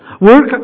Work